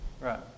Right